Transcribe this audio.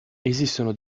esistono